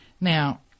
Now